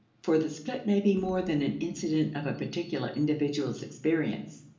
for the split may be more than an incident of a particular individual's experience.